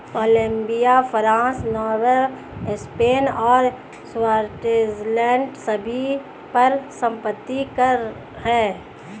Colombia, France, Norway, Spain और Switzerland सभी पर संपत्ति कर हैं